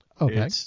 Okay